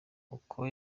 uko